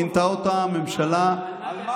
מינתה אותו הממשלה --- על מה טובה?